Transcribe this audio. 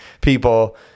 people –